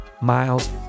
Miles